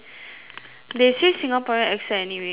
they say Singaporean accent anyway so